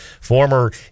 former